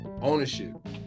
Ownership